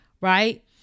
right